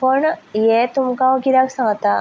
पण हें हांव तुमकां कित्याक सांगता